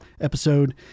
episode